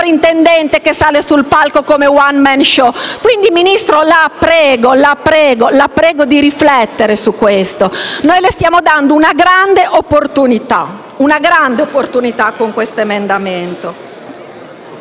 sovrintendente che sale sul palco come *one man show*. Quindi, signor Ministro, la prego veramente di riflettere su questo. Noi le stiamo dando una grande opportunità con questo emendamento.